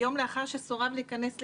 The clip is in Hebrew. יום לאחר שסורב להיכנס לישראל.